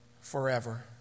forever